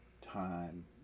time